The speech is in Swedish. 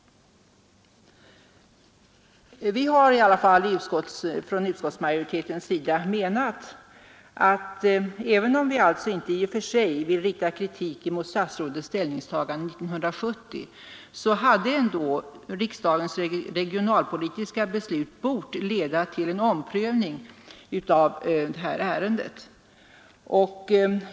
Utskottsmajoriteten har i alla fall menat — även om vi inte i och för sig vill rikta kritik mot statsrådets ställningstagande 1970 — att riksdagens regionalpolitiska beslut bort leda till en omprövning av detta ärende.